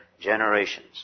generations